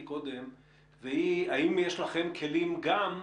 האם יש לכם כלים גם,